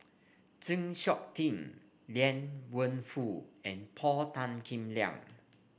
Chng Seok Tin Liang Wenfu and Paul Tan Kim Liang